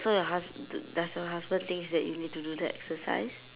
so your hus~ d~ does your husband thinks that you need to do the exercise